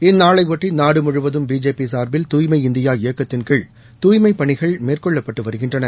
இந்நாளையொட்டி நாடு முழுவதும் பிஜேபி சாாபில் தூய்மை இந்தியா இயக்கத்தின் கீழ் தூய்மைப்பணிகள் மேற்கொள்ளப்பட்டு வருகின்றன